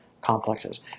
complexes